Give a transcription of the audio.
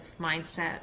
mindset